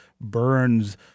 burns